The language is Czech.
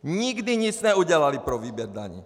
Nikdy nic neudělali pro výběr daní.